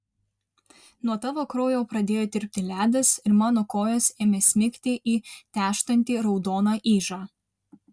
nuo tavo kraujo pradėjo tirpti ledas ir mano kojos ėmė smigti į tęžtantį raudoną ižą